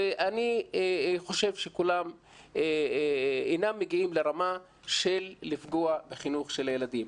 אני חושב שכולם אינם מגיעים לרמה של לפגוע בחינוך של הילדים.